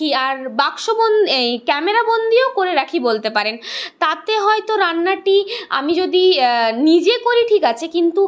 আর বাক্স এই ক্যামেরা বন্দিও করে রাখি বলতে পারেন তাতে হয়তো রান্নাটি আমি যদি নিজে করি ঠিক আছে কিন্তু